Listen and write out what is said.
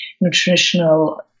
nutritional